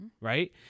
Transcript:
Right